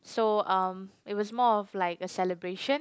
so um it was more of like a celebration